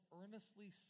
earnestly